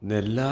Nella